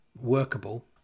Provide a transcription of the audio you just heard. workable